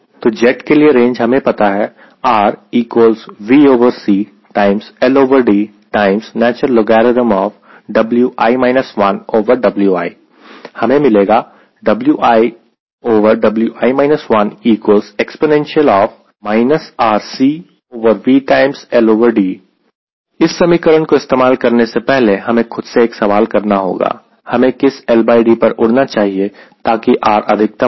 तो जेट के लिए रेंज हमें पता है हमें मिलेगा इस समीकरण को इस्तेमाल करने से पहले हमें खुद से एक सवाल करना होगा हमें किस LD पर उड़ना चाहिए ताकि R अधिकतम हो